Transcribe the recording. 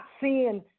seeing